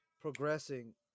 progressing